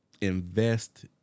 invest